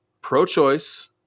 pro-choice